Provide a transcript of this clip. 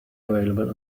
available